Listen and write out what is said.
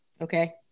Okay